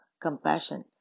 compassion